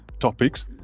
topics